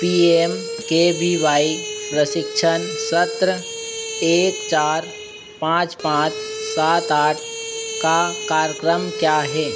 P A M K B Y प्रशिक्षण सत्र एक चार पाँच पाँच सात आठ का कारक्रम क्या है